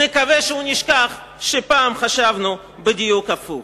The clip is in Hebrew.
נקווה שהוא ישכח שפעם חשבנו בדיוק הפוך.